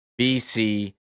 BC